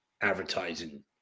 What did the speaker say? advertising